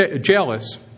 jealous